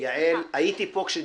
יעל, הייתי פה כשדיברתי.